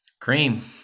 Cream